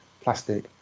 plastic